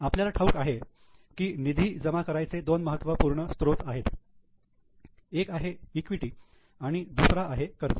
आपल्याला ठाऊक आहे की निधी जमा करायचे दोन महत्वपूर्ण स्त्रोत आहेत एक आहे इक्विटी आणि दुसरं आहे कर्ज